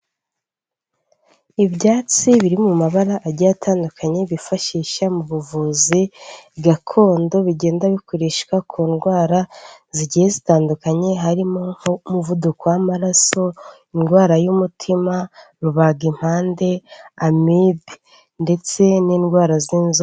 Ibyatsi biri mu mabara agiye atandukanye, bifashisha mu buvuzi gakondo bigenda bikoreshwa ku ndwara zigiye zitandukanye, harimo nk'umuvuduko w'amaraso indwara y'umutima, rubagimpande, amibe ndetse n'indwara z'inzoka.